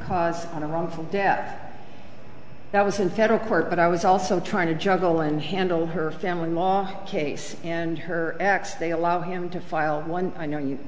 cause of the wrongful death that was in federal court but i was also trying to juggle unhandled her family law case and her ex they allowed him to file one i know you